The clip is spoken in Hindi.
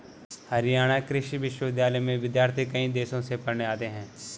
हरियाणा कृषि विश्वविद्यालय में विद्यार्थी कई देशों से पढ़ने आते हैं